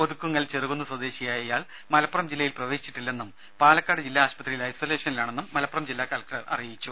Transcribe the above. ഒതുക്കുങ്ങൽ ചെറുകുന്ന് സ്വദേശിയായ ഇയാൾ മലപ്പുറം ജില്ലയിൽ പ്രവേശിച്ചിട്ടില്ലെന്നും പാലക്കാട് ജില്ലാ ആശുപത്രിയിൽ ഐസൊലേഷനിലാണെന്നും ജില്ലാ കലക്ടർ അറിയിച്ചു